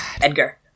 Edgar